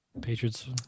Patriots